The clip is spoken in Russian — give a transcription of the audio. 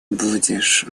будешь